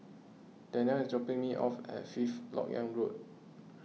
Danelle is dropping me off at Fifth Lok Yang Road